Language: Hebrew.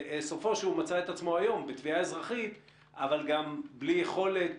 בסופו הוא מצא את עצמו היום בתביעה אזרחית אבל גם בלי יכולת